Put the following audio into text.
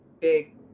big